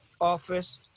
office